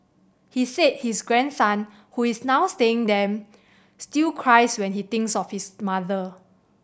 he said his grandson who is now staying them still cries when he thinks of his mother